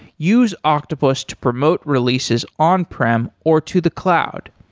use octopus to promote releases on prem or to the cloud.